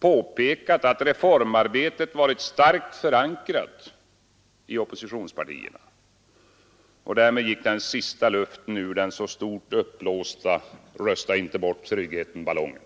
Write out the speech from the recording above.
påpekat att reformarbetet var starkt förankrat i oppositionspartierna. Därmed gick den sista luften ur den så stort uppblåsta ”rösta inte bort tryggheten”-ballongen.